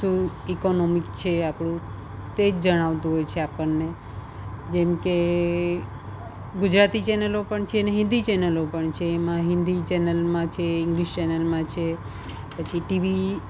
શું ઈકોનોમિક છે આપણું તે જ જણાવતું હોય છે આપણને જેમકે ગજરાતી ચેનલો પણ છે ને હિન્દી ચેનલો પણ છે એમાં હિન્દી ચેનલમાં છે ઇંગ્લિશ ચેનલમાં છે પછી ટીવી